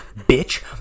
bitch